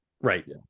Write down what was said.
Right